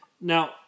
Now